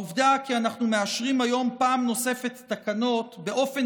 העובדה שאנחנו מאשרים היום פעם נוספת תקנות באופן